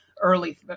early